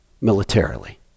militarily